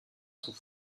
sous